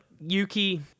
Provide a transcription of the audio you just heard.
Yuki